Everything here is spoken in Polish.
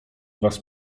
was